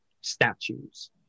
statues